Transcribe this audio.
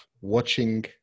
watching